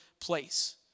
place